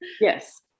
Yes